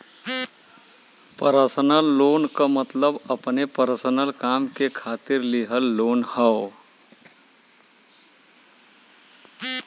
personal loan क मतलब अपने पर्सनल काम के खातिर लिहल लोन हौ